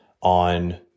on